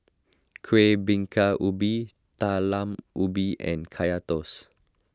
Kueh Bingka Ubi Talam Ubi and Kaya Toast